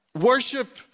Worship